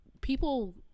people